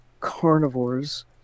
carnivores